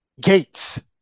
Gates